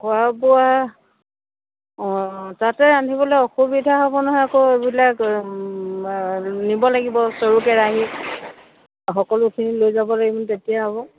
খোৱা বোৱা অঁ তাতে ৰান্ধিবলৈ অসুবিধা হ'ব নহয় আকৌ এইবিলাক নিব লাগিব চৰু কেৰাহী সকলোখিনি লৈ যাব লাগিব তেতিয়া হ'ব